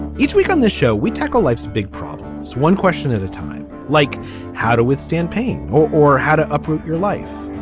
each week on this show we tackle life's big problem. problem. one question at a time like how to withstand pain or how to uproot your life.